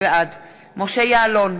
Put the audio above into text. בעד משה יעלון,